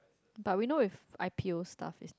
but we know with i_p_o stuff is